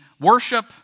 worship